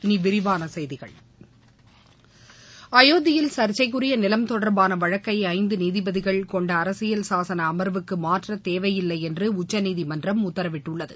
இனி விரிவான செய்திகள் அயோத்தியில் சா்ச்சைக்குரிய நிலம் தொடா்பான வழக்கை ஐந்து நீதிபதிகள் கொண்ட அரசியல் சாசன அமர்வுக்கு மாற்ற தேவையில்லை என்று உச்சநீதிமன்றம் உத்தரவிட்டுள்ளது